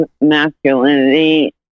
masculinity